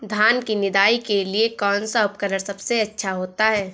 धान की निदाई के लिए कौन सा उपकरण सबसे अच्छा होता है?